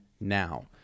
now